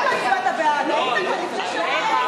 אני לא ממהר לשום מקום,